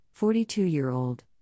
42-year-old